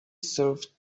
serve